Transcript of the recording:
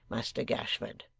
muster gashford